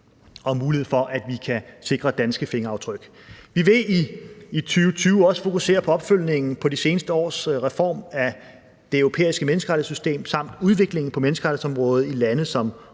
mulighed for, at vi kan sikre danske fingeraftryk. Vi vil i 2020 også fokusere på opfølgningen på de seneste års reform af det europæiske menneskerettighedssystem samt udvikling på menneskerettighedsområdet i lande